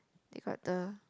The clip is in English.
they got the